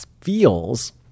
feels